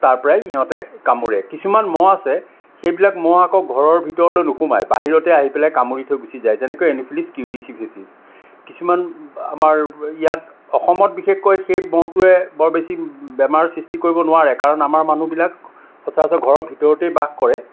তাৰ পৰাই সিহঁতে কামোৰে কিছুমান মহ আছে সেইবিলাক মহ আকৌ ঘৰৰ ভিতৰলৈ নোসোমায় বাহিৰতে আহি পেলাই কামুৰি থৈ গুচি যায় যেনেকৈ এন'ফিলিছ কিউলিচিফেচিছ কিছুমান আমাৰ ইয়াত অসমত বিশেষকৈ সেই মহটোৱে বৰ বেছি বেমাৰৰ সৃষ্টি কৰিব নোৱাৰে কাৰণ আমাৰ মানুহবিলাক সচৰাচৰ ঘৰৰ ভিতৰতেই বাস কৰে